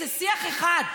זה שיח אחד.